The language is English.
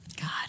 God